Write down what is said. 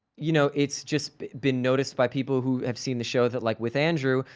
you know, it's just been noticed by people who have seen the show that like with andrew,